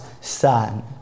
Son